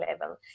level